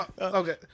Okay